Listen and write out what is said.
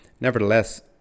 Nevertheless